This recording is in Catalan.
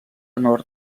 nord